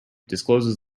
discloses